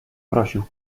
prosił